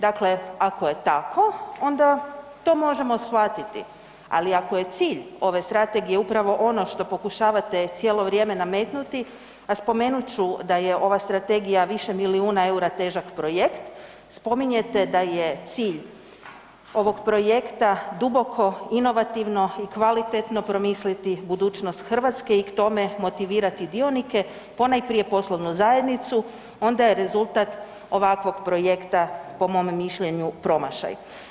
Dakle, ako je tako onda to možemo shvatiti, ali ako je cilj ove strategije upravo ono što pokušavate cijelo vrijeme nametnuti, a spomenut ću da je ova strategija više milijuna EUR-a težak projekt spominjete da je cilj ovog projekta duboko, inovativno i kvalitetno promisliti budućnost Hrvatske i k tome motivirati dionike, ponajprije poslovnu zajednicu onda je rezultat ovakvog projekta po mom mišljenju promašaj.